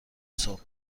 صبح